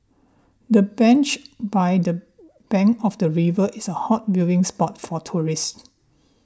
the bench by the bank of the river is a hot viewing spot for tourists